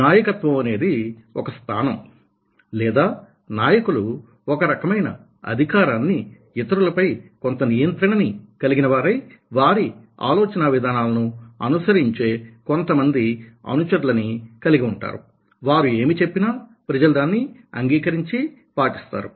నాయకత్వం అనేది ఒక స్థానం లేదా నాయకులు ఒక రకమైన అధికారాన్ని ఇతరులపై కొంత నియంత్రణని కలిగినవారై వారి ఆలోచనా విధానాలను అనుసరించే కొంతమంది అనుచరులనీ కలిగి ఉంటారు వారు ఏమి చెప్పినా ప్రజలు దానిని అంగీకరించి పాటిస్తారు